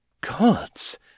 God's